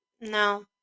No